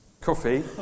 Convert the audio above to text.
Coffee